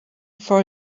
for